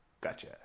gotcha